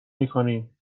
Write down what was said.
میکنیم